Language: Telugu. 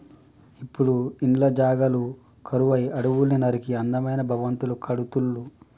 ఇప్పుడు ఇండ్ల జాగలు కరువై అడవుల్ని నరికి అందమైన భవంతులు కడుతుళ్ళు